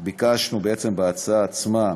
ביקשנו, בעצם, בהצעה עצמה,